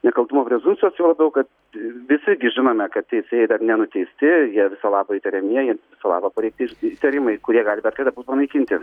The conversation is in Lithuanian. nekaltumo prezumpcijos juo labiau kad visi žinome kad teisėjai dar nenuteisti jie viso labo įtariamieji viso labo pareikšti įtarimai kurie gali bet kada būt panaikinti